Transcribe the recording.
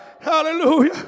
Hallelujah